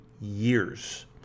years